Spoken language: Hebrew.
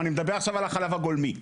אני מדבר עכשיו על החלב הגולמי,